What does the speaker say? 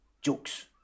jokes